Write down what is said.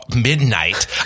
midnight